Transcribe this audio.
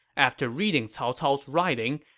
after reading cao cao's writing,